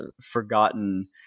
forgotten